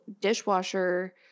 dishwasher